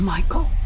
Michael